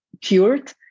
cured